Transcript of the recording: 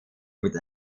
mit